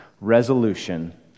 resolution